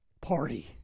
party